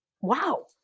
wow